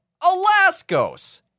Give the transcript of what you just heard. Alaskos